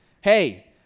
hey